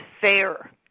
FAIR